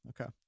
Okay